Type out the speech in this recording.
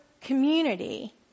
community